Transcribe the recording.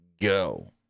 go